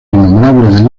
innumerables